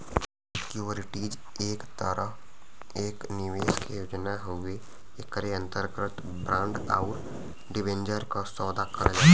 securities एक तरह एक निवेश के योजना हउवे एकरे अंतर्गत बांड आउर डिबेंचर क सौदा करल जाला